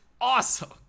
awesome